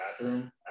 bathroom